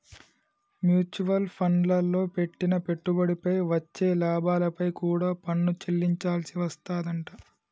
mutual ఫండ్లల్లో పెట్టిన పెట్టుబడిపై వచ్చే లాభాలపై కూడా పన్ను చెల్లించాల్సి వస్తాదంట